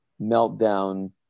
meltdown